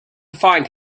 find